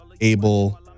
Abel